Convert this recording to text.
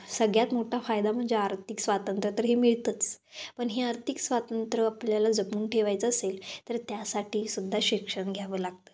सगळ्यात मोठा फायदा म्हणजे आर्थिक स्वातंत्र्य तर हे मिळतंच पण हे आर्थिक स्वातंत्र आपल्याला जपून ठेवायचं असेल तर त्यासाठी सुद्धा शिक्षण घ्यावं लागतं